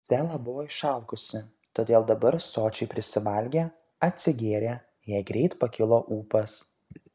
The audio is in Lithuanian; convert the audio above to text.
stela buvo išalkusi todėl dabar sočiai prisivalgė atsigėrė jai greit pakilo ūpas